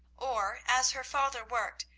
or, as her father worked,